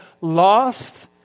lost